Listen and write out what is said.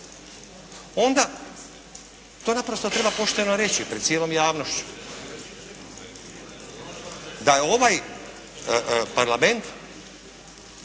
onda to naprosto treba pošteno reći pred cijelom javnošću. Da je ovaj Parlament